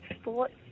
sports